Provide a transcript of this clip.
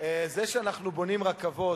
זה שאנחנו בונים רכבות,